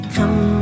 Come